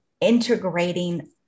integrating